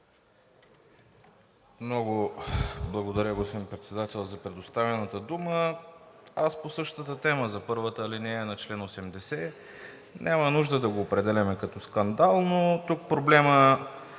Много благодаря, господин Председател, за предоставената дума. По същата тема за първата алинея на чл. 80. Няма нужда да го определяме като скандално. Тук проблемът